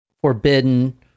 forbidden